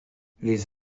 les